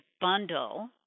bundle